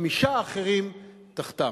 חמישה אחרים תחתם.